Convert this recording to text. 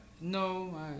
No